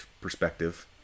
perspective